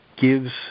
gives